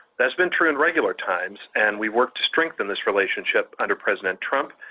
that's been true in regular times and we worked to strengthen this relationship under president trump,